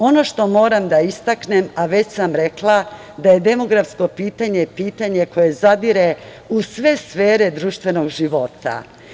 Ono što moram da istaknem, a već sam rekla da je demografsko pitanje pitanje koje zadire u sve sfere društvenog života.